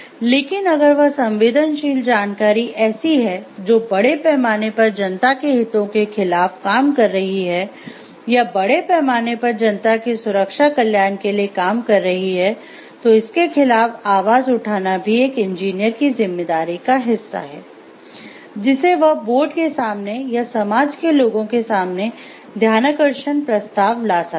लेकिन अगर वह संवेदनशील जानकारी ऐसी है जो बड़े पैमाने पर जनता के हितों के खिलाफ काम कर रही है या बड़े पैमाने पर जनता के सुरक्षा कल्याण के लिए काम कर रही है तो इसके खिलाफ आवाज उठाना भी एक इंजीनियर की जिम्मेदारी का हिस्सा है जिसे वह बोर्ड के सामने या समाज के लोगों के सामने ध्यानाकर्षण प्रस्ताव ला सकता है